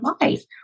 life